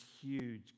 huge